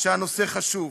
שהנושא חשוב,